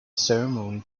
ceremony